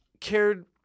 cared